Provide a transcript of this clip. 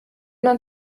man